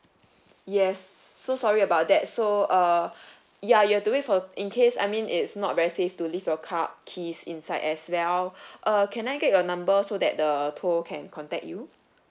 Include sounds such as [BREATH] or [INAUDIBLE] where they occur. yes so sorry about that so uh ya you have to wait for in case I mean it's not very safe to leave your car keys inside as well [BREATH] uh can I get your number so that the tow can contact you